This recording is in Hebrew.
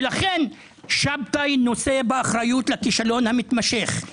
לכן שבתאי נושא באחריות לכישלון המתמשך/